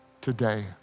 today